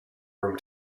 room